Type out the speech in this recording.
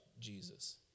Jesus